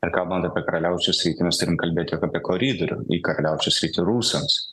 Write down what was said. ir kalbant apie karaliaučiaus sritį mes turim kalbėti apie koridorių į karaliaučiaus sritį rusams